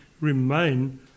remain